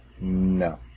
No